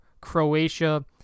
Croatia